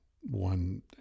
one